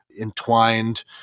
entwined